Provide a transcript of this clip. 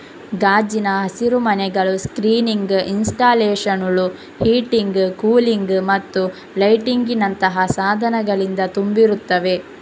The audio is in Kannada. ಗಾಜಿನ ಹಸಿರುಮನೆಗಳು ಸ್ಕ್ರೀನಿಂಗ್ ಇನ್ಸ್ಟಾಲೇಶನುಳು, ಹೀಟಿಂಗ್, ಕೂಲಿಂಗ್ ಮತ್ತು ಲೈಟಿಂಗಿನಂತಹ ಸಾಧನಗಳಿಂದ ತುಂಬಿರುತ್ತವೆ